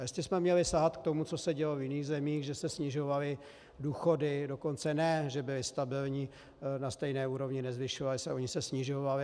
A jestli jsme měli sahat k tomu, co se dělo v jiných zemích, že se snižovaly důchody, dokonce ne že byly stabilní, na stejné úrovni, nezvyšovaly se, ony se snižovaly.